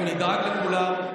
אנחנו נדאג לכולם.